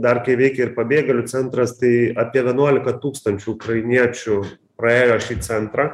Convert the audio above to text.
dar kai veikia ir pabėgėlių centras tai apie vienuolika tūkstančių ukrainiečių praėjo šį centrą